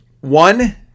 one